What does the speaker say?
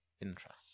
Interest